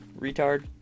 Retard